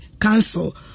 council